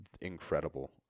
Incredible